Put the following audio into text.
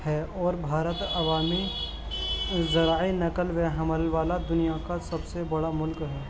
ہے اور بھارت عوامی ذرائع نقل و حمل والا دنیا کا سب سے بڑا ملک ہے